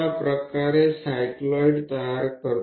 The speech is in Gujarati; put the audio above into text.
આ રીતે આપણે એક સાયક્લોઈડ રચીએ છીએ